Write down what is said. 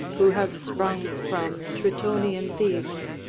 who have sprung from tritonian thebes.